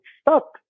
stop